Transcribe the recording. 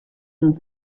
and